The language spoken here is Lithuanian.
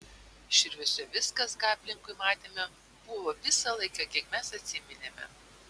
širviuose viskas ką aplinkui matėme buvo visą laiką kiek mes atsiminėme